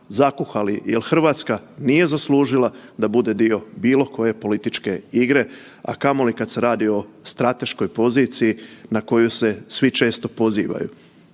zakuhali jel RH nije zaslužila da bude dio bilo koje političke igre, a kamoli kad se radi o strateškoj poziciji na koju se svi često pozivaju.